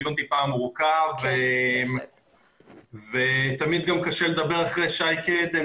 הדיון מעט מורכב ותמיד גם קשה לדבר אחרי שי קדם